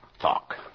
Talk